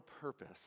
purpose